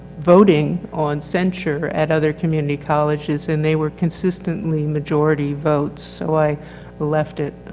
voting on censure at other community colleges, and they were consistently majority votes. so i left it,